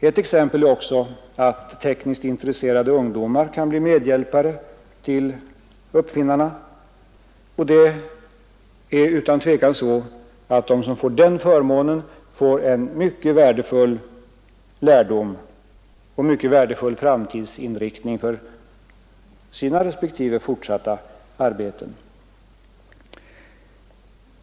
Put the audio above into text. Ett exempel är också att tekniskt intresserade ungdomar kan bli medhjälpare till uppfinnarna — och de som får den förmånen skaffar sig utan tvivel mycket värdefull lärdom och mycket värdefull framtidsinriktning för sina respektive fortsatta arbeten.